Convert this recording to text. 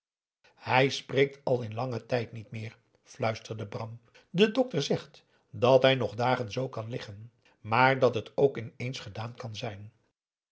hij spreekt al in langen tijd niet meer fluisterde bram de dokter zegt dat hij nog dagen zoo kan liggen maar dat het ook ineens gedaan kan zijn